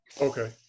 Okay